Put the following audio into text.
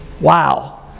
Wow